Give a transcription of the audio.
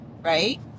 right